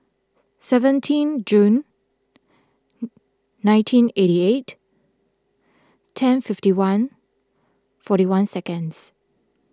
seventeen June nineteen eighty eight ten fifty one forty one second